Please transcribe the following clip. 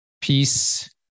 Peace